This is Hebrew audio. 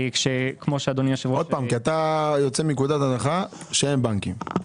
כי אתה יוצא מנקודת הנחה שאין בנקים.